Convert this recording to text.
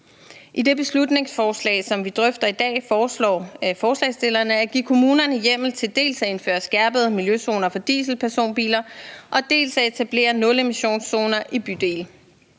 I det beslutningsforslag, som vi drøfter i dag, foreslår forslagsstillerne at give kommunerne hjemmel til dels at indføre skærpede miljøzoner for dieselpersonbiler, dels at etablere nulemissionszoner i bydele.